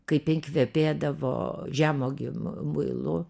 kaip jin kvepėdavo žemuogių mu muilu